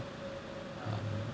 um